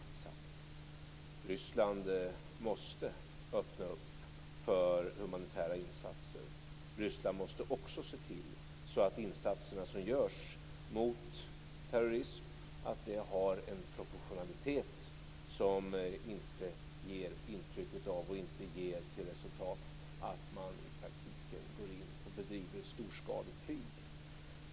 Ryssland måste öppna för humanitära insatser. Ryssland måste också se till att de insatser som görs mot terrorism har en proportionalitet som inte ger intryck av, och som inte ger som resultat, att man i praktiken bedriver ett storskaligt krig.